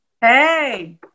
Hey